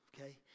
okay